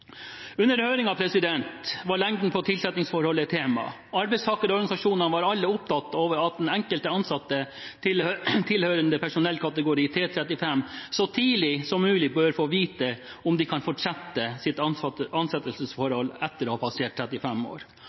tema. Arbeidstakerorganisasjonene var alle opptatt av at den enkelte ansatte tilhørende personellkategori T35 så tidlig som mulig bør få vite om de kan fortsette sitt ansettelsesforhold etter å ha passert 35 år.